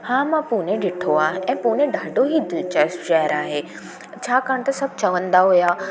हा मां पुणे डिठो आहे ऐं पुणे ॾाढो ई दिलचस्प शहरु आहे छाकाणि त सभु चवंदा हुआ की